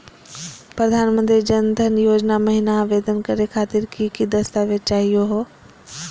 प्रधानमंत्री जन धन योजना महिना आवेदन करे खातीर कि कि दस्तावेज चाहीयो हो?